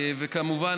וכמובן,